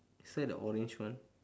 is that the orange one